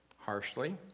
harshly